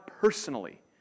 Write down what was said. personally